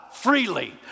Freely